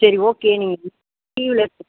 சரி ஓகே நீங்கள் leave letter